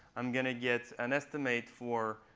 i'm going to get an estimate for